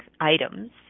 items